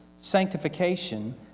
sanctification